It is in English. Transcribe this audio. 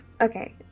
Okay